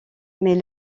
mais